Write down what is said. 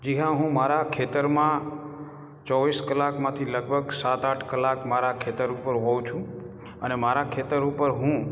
જી હા હું મારાં ખેતરમાં ચોવીસ કલાકમાંથી લગભગ સાત આઠ કલાક મારાં ખેતર ઉપર હોઉં છું અને મારાં ખેતર ઉપર હું